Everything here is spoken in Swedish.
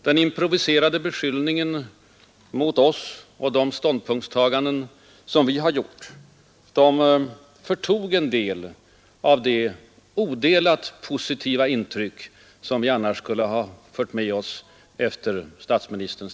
Den improviserade 02... beskyllningen mot oss och mot de ståndpunktstaganden som vi har gjort förtog något av de odelat positiva intryck vi annars skulle ha fört med oss